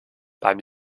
beim